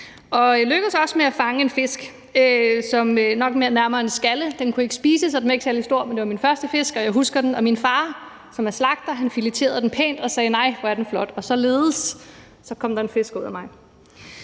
Jeg lykkedes også med at fange en fisk. Det var en skalle, den kunne ikke spises, og den var ikke særlig stor, men det var min første fisk, og jeg husker den. Min far, som er slagter, fileterede den pænt og sagde: Nej, hvor er den flot. Således kom der en fisk ud af mit